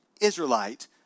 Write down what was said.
Israelite